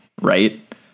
right